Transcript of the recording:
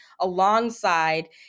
alongside